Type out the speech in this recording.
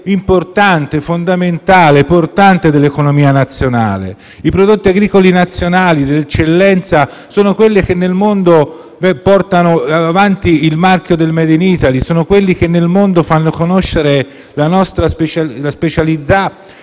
ed è un settore portante dell'economia nazionale. I prodotti agricoli nazionali di eccellenza sono quelli che nel mondo portano avanti il marchio del *made in Italy*, sono quelli che nel mondo fanno conoscere la nostra specialità